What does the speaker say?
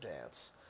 dance